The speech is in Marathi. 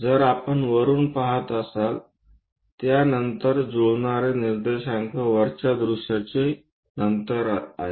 जर आपण वरुन पहात असाल तर त्या नंतर जुळणारे निर्देशांक वरच्या दृश्याचे नंतर आहे